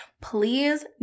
please